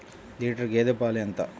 Litre గేదె పాలు ఎంత?